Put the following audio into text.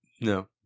No